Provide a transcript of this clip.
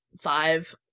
five